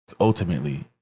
ultimately